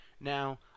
Now